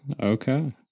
Okay